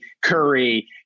Curry